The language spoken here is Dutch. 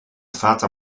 fata